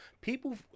People